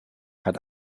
hat